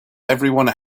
everyone